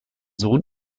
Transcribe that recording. sohn